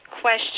question